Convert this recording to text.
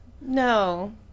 no